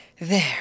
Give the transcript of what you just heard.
There